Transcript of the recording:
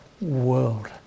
world